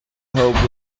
hope